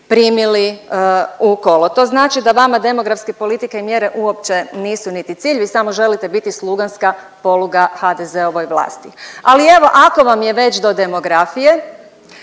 primili u kolo. To znači da vama demografske politike i mjere uopće nisu niti cilj, vi samo želite biti sluganska poluga HDZ-ovoj vlasti. Ali evo ako vam je već do demografije,